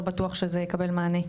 לא בטוח שזה יקבל מענה.